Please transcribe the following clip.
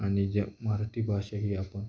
आणि ज्या मराठी भाषा ही आपण